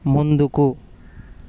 ముందుకు